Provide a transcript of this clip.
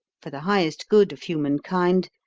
for the highest good of human kind,